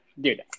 dude